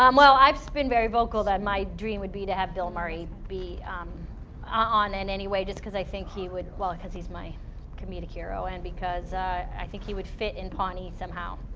um well i've been very vocal about my dream would be to have bill murray, be on in any way, just because i think he would, well, because he's my comedic hero and because i think he would fit in pawnee some how.